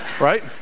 right